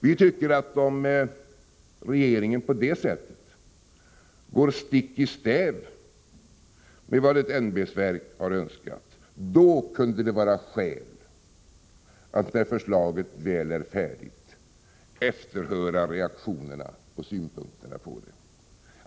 Om regeringen på detta sätt går stick i stäv mot vad ett ämbetsverk har önskat kunde det vara skäl att man när förslaget väl är färdigt efterhörde reaktionen och synpunkterna på det.